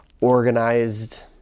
organized